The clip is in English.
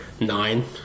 nine